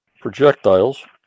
projectiles